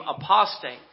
apostate